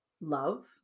love